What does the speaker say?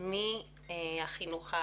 מן החינוך החרדי.